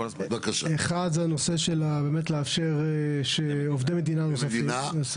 אחד, זה הנושא של באמת לאפשר עובדי מדינה נוספים.